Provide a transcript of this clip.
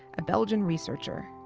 a belgian researcher.